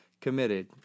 committed